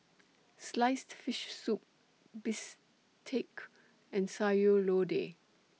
Sliced Fish Soup Bistake and Sayur Lodeh